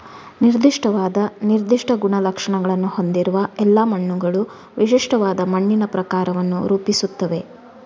ನಿರ್ದಿಷ್ಟವಾದ ನಿರ್ದಿಷ್ಟ ಗುಣಲಕ್ಷಣಗಳನ್ನು ಹೊಂದಿರುವ ಎಲ್ಲಾ ಮಣ್ಣುಗಳು ವಿಶಿಷ್ಟವಾದ ಮಣ್ಣಿನ ಪ್ರಕಾರವನ್ನು ರೂಪಿಸುತ್ತವೆ